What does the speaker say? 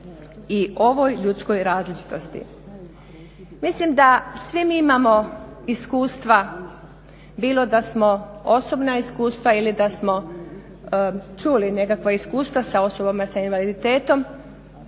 i ovoj ljudskoj različitosti." Mislim da svi mi imamo iskustva bilo da smo osobna iskustva ili da smo čuli nekakva iskustva sa osobama sa invaliditetom.